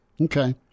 Okay